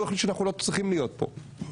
יחליט שאנחנו לא צריכים להיות פה.